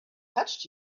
touched